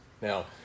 now